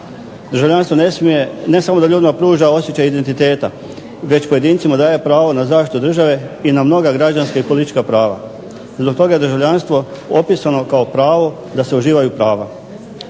Državljanstvo ne samo da ljudima pruža osjećaj identiteta već pojedincima daje pravo na zaštitu države i na mnoga građanska i politička prava. Zbog toga je državljanstvo opisano kao pravo da se uživaju prava.